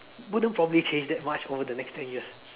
wouldn't probably change that much over the next ten years